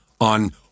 on